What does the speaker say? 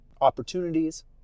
opportunities